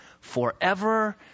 forever